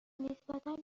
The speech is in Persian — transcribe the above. نسبتا